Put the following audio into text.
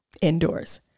indoors